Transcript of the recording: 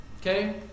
okay